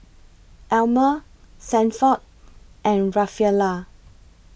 Almer Sanford and Rafaela